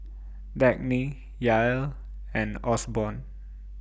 Dagny Yael and Osborne